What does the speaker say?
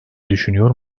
düşünüyor